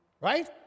right